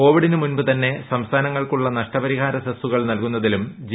കോവിഡിന് മുൻപ് തന്നെ സംസ്ഥാനങ്ങൾക്കുള്ള നഷ്ടപരിഹാര സെസുകൾ നൽകുന്നതിലും ജി